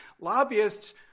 lobbyists